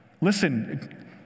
Listen